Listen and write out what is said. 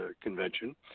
convention